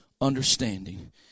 understanding